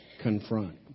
confront